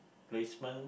placement